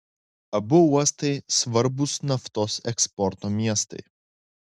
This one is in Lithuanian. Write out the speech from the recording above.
abu uostai svarbūs naftos eksporto miestai